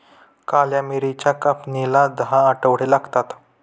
काळ्या मिरीच्या कापणीला दहा आठवडे लागतात